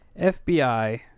fbi